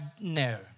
no